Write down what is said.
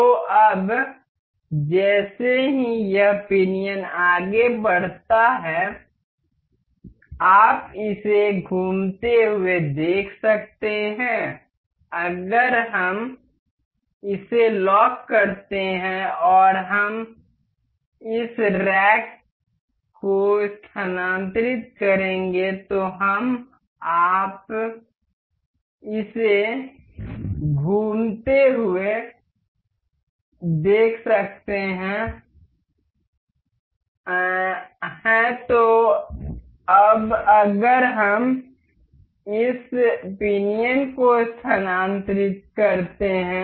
तो अब जैसे ही यह पिनियन आगे बढ़ता है आप इसे घूमते हुए देख सकते हैं अगर हम इसे लॉक करते हैं और हम इस रैक को स्थानांतरित करेंगे तो हमआप इसे घूमते हुए देख सकते हैंहैं तो अब अगर हम इस पिनियन को स्थानांतरित करते हैं